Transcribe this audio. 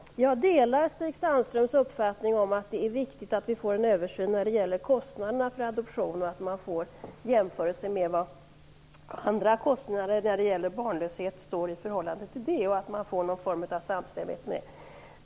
Fru talman! Jag delar Stig Sandströms uppfattning att det är viktigt att vi får en översyn av kostnaderna för adoption och en jämförelse mellan dessa och andra kostnader vid barnlöshet. Man bör ha någon form av samstämmighet mellan dessa kostnader.